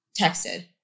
texted